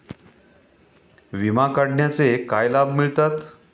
विमा काढण्याचे काय लाभ मिळतात?